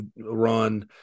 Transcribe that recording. run